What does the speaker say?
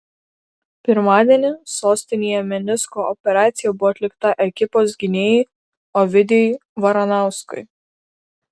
pirmadienį sostinėje menisko operacija buvo atlikta ekipos gynėjui ovidijui varanauskui